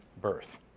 birth